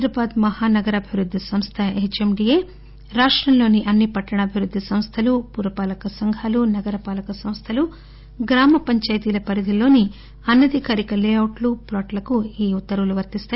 హైదరాబాద్ మహానగరాభివృద్ది సంస్థ హెచ్ఎండీఏ రాష్టంలోని అన్ని పట్టణాభివృద్ధి సంస్థలు పురపాలక సంఘాలు నగరపాలక సంస్థలు గ్రామ పంచాయతీల పరిధుల్లోని అనధికారిక లేఅవుట్లు ప్లాట్లకు ఈ ఉత్తర్వులు వర్తిస్తాయి